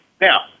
Now